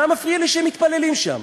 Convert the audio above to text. מה מפריע לי שהם מתפללים שם?